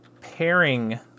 pairing